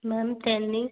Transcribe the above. ma'am ten नहीं